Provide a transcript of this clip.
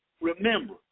Remember